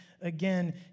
again